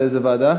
לאיזה ועדה?